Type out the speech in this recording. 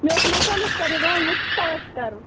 مےٚ اوس مَکانَس کَرُن رَنٛگ وۅنۍ کُس کَلر چھُ کَرُن